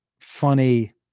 funny